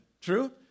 True